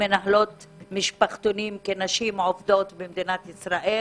כמנהלות משפחתונים, כנשים עובדות במדינת ישראל.